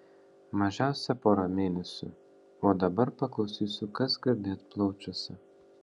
mažiausia porą mėnesių o dabar paklausysiu kas girdėt plaučiuose